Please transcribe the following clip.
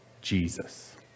Jesus